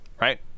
right